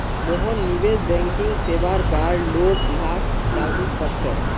मोहन निवेश बैंकिंग सेवार बार लोग लाक जागरूक कर छेक